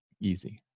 easy